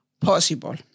possible